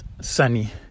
sunny